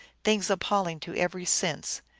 things appalling to every sense.